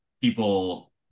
people